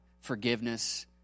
forgiveness